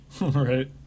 right